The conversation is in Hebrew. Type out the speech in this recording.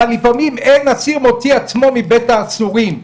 אבל לפעמים אין אסיר מוציא עצמו מבית האסורים.